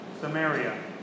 Samaria